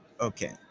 Okay